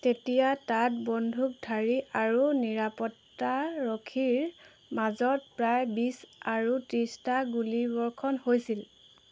তেতিয়া তাত বন্দুকধাৰী আৰু নিৰাপত্তাৰক্ষীৰ মাজত প্ৰায় বিছ আৰু ত্ৰিছটা গুলীবৰ্ষণ হৈছিল